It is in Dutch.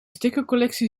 stickercollectie